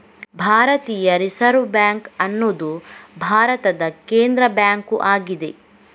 ಭಾರತೀಯ Reserve Bank ಅನ್ನುದು ಭಾರತದ ಕೇಂದ್ರ ಬ್ಯಾಂಕು ಆಗಿದೆ